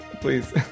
please